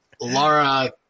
Laura